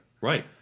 Right